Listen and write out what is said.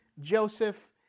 Joseph